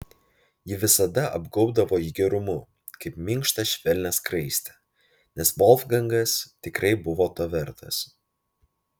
ji visada apgaubdavo jį gerumu kaip minkšta švelnia skraiste nes volfgangas tikrai buvo to vertas